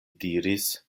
diris